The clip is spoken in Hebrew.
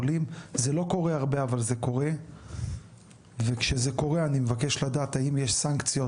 זה לא קורה הרבה אבל זה קורה וכשזה קורה אני מבקש לדעת האם יש סנקציות